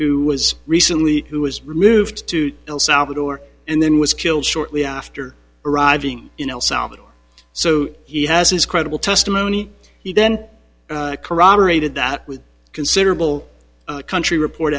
who was recently who was removed to el salvador and then was killed shortly after arriving in el salvador so he has his credible testimony he then corroborated that with considerable country report